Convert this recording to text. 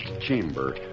chamber